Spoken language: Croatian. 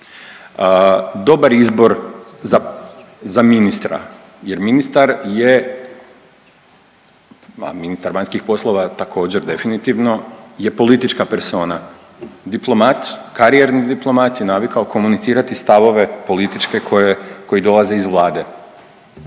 dobar izbor za, za ministra jer ministar je, a ministar vanjskih poslova također definitivno je politička persona. Diplomat, karijerni diplomat je navikao komunicirati stavove političke koje, koji dolaze iz vlade.